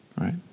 right